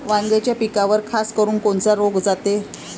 वांग्याच्या पिकावर खासकरुन कोनचा रोग जाते?